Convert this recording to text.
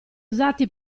usati